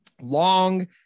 long